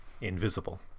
invisible